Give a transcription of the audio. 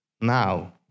Now